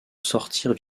sortirent